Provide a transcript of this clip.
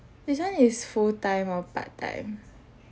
this one is full time or part time